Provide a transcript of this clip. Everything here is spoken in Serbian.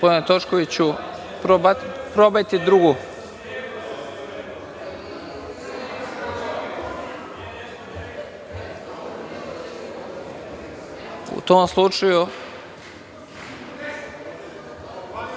u tom slučaju